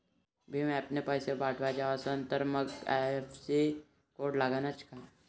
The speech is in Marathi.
भीम ॲपनं पैसे पाठवायचा असन तर मंग आय.एफ.एस.सी कोड लागनच काय?